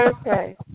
Okay